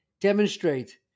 demonstrate